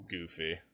goofy